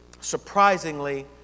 surprisingly